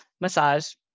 massage